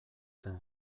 zen